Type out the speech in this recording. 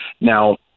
Now